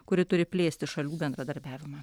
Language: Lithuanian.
kuri turi plėsti šalių bendradarbiavimą